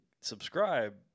subscribe